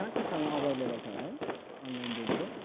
कहाँ कहाँसम्म अभाइलेबल छ होला है अनलाइन डेलिभर